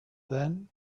then